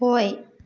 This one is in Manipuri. ꯍꯣꯏ